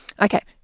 okay